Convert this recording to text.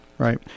Right